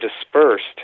dispersed